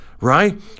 right